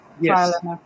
Yes